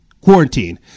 Quarantine